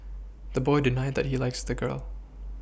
the boy denied that he likes the girl